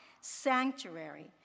sanctuary